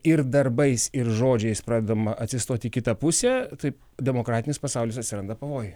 ir darbais ir žodžiais pradedama atsistoti į kitą pusę taip demokratinis pasaulis atsiranda pavojuj